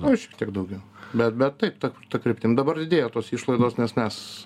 nu šiek tiek daugiau bet bet taip ta kryptim dabar didėja tos išlaidos nes mes